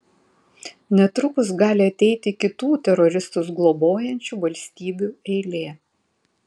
netrukus gali ateiti kitų teroristus globojančių valstybių eilė